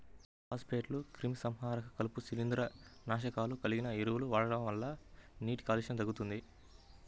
ఫాస్ఫేట్లు, క్రిమిసంహారకాలు, కలుపు, శిలీంద్రనాశకాలు కలిగిన ఎరువుల వాడకం వల్ల నీటి కాలుష్యం కల్గుతుంది